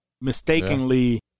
mistakenly